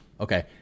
Okay